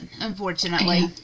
unfortunately